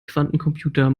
quantencomputer